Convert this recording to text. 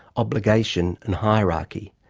obligation and hierarchy.